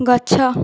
ଗଛ